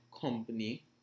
company